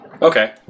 Okay